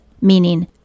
Meaning